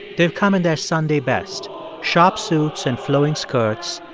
they've come in their sunday best sharp suits and flowing skirts,